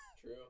True